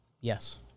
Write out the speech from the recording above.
Yes